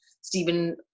Stephen